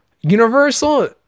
Universal